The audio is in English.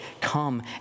come